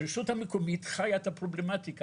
הרשות המקומית חיה את הפרובלמטיקה.